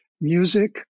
music